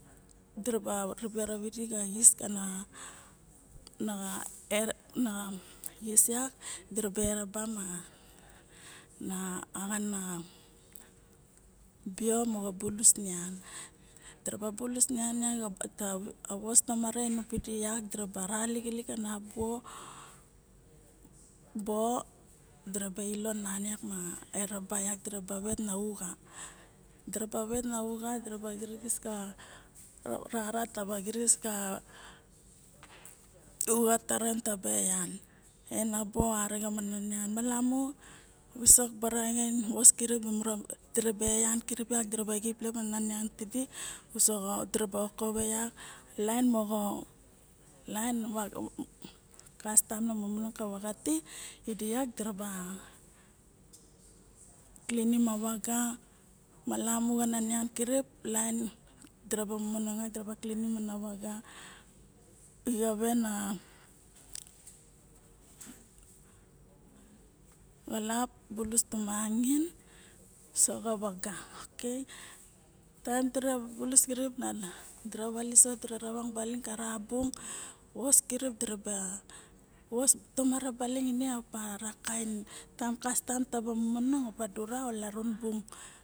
Diraba ribe ravidi xa xis kana auk moxo kinis malamu dira ba xave ana vaxana bio moxo bulus nian diraba bulus nian miang ma yos tomare inom pidi moxo ra lixilik a bo diraba ilo nana meme ma erab xana vaxana uxa diraba na uxa xirixis ka rara taba xirixis ka uxa taren taba eyan ena bo arixen mana nian malamu visok baraxain voskirip diraba eyan kirip yak diraba xip lep na nian tidi diraba okove yak, laen moxo laen ma kastam na momongong ka vaga ti idi yat diraba klinim a vaga malamu laen diraba momomgong yat diraba klinim ma exa we ana xap bulus tomangain soxa vaga okay tae dira bulus kirip dira valiso dira ravang baling kara bung yos kirip diraba vos tamare baling ine opa akarain taem kastam taba momongong ka dura o larun bung